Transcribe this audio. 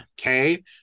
Okay